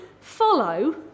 follow